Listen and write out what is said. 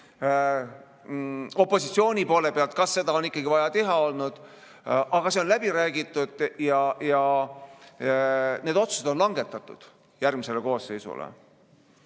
opositsiooni poole pealt, kas seda ikka on vaja teha olnud. Aga see on läbi räägitud ja need otsused on langetatud järgmise koosseisu